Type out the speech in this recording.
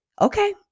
Okay